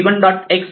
x p